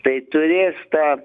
tai turės ta